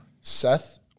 Seth